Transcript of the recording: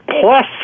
plus